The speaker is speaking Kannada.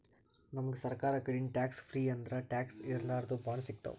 ನಮ್ಗ್ ಸರ್ಕಾರ್ ಕಡಿದಿಂದ್ ಟ್ಯಾಕ್ಸ್ ಫ್ರೀ ಅಂದ್ರ ಟ್ಯಾಕ್ಸ್ ಇರ್ಲಾರ್ದು ಬಾಂಡ್ ಸಿಗ್ತಾವ್